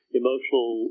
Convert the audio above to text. emotional